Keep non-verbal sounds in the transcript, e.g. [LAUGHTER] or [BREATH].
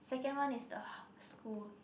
second one is the [BREATH] school